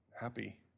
happy